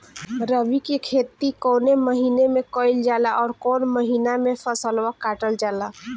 रबी की खेती कौने महिने में कइल जाला अउर कौन् महीना में फसलवा कटल जाला?